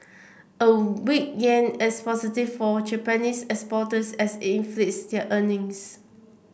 a weak yen as positive for Japanese exporters as inflates their earnings